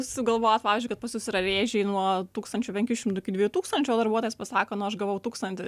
sugalvojot pavyzdžiui kad pas jus yra rėžiai nuo tūkstančio penkių šimtų iki dviejų tūkstančių o darbuotojas pasako nu aš gavau tūkstantį